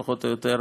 פחות או יותר,